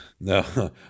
No